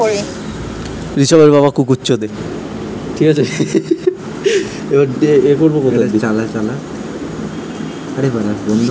papaya এক ধরনের অতি পুষ্টিকর ফল যাকে আমরা পেঁপে বলি